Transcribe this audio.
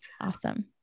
Awesome